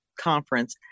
conference